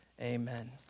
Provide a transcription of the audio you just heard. Amen